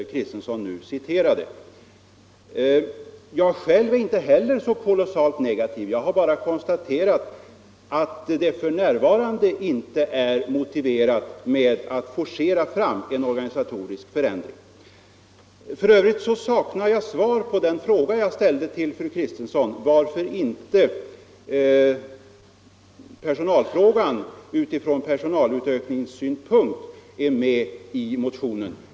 Inte heller jag själv är så oerhört negativ. Jag har bara konstaterat att det för närvarande inte är motiverat att forcera fram en organisatorisk förändring. För övrigt saknar jag svar på den fråga jag ställde till fru Kristensson: Varför har inte frågan om personalutökningen tagits upp i motionen?